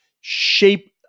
shape